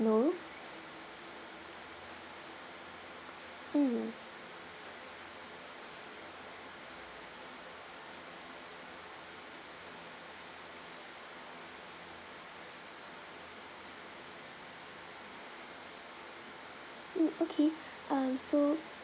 know mm mm okay so